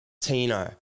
Tino